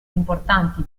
importanti